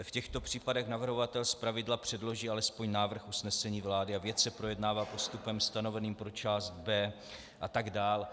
V těchto případech navrhovatel zpravidla předloží alespoň návrh usnesení vlády a věc se projednává postupem stanoveným pro část B a tak dál.